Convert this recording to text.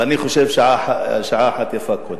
ואני חושב שיפה שעה אחת קודם.